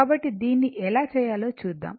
కాబట్టి దీన్ని ఎలా చేయాలో చూద్దాం